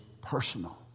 personal